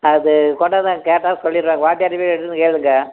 அது கொண்டாந்து அங்கே கேட்டால் சொல்லிடுவாங்க வாத்தியார் வீடு எதுன்னு கேளுங்கள்